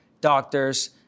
Doctors